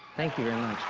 thank you.